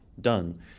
done